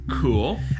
Cool